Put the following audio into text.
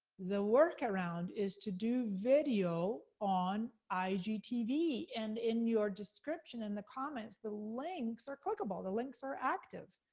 the work around, is to do video on igtv. and in your description, in the comments, the links are clickable, the links are active.